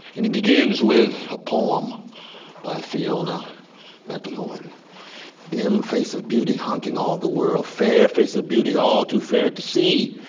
and it begins with a poem by fiona macleod. dim face of beauty haunting all the world. fair face of beauty all too fair to see.